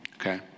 Okay